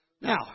Now